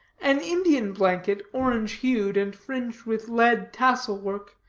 an indian blanket, orange-hued, and fringed with lead tassel-work,